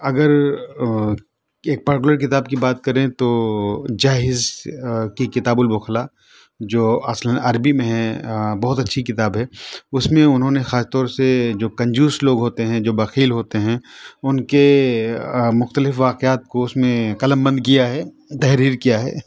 اگر ایک پرٹیکلر کتاب کی بات کریں تو جاحیظ کی کتاب البخلاء جو اصلاً عربی میں ہے بہت اچھی کتاب ہے اس میں اُنہوں نے خاص طور سے جو کنجوس لوگ ہوتے ہیں جو بخیل ہوتے ہیں اُن کے مختلف واقعات کو اُس میں قلمبند کیا ہے تحریر کیا ہے